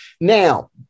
Now